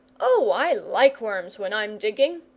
oh, i like worms when i'm digging,